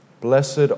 blessed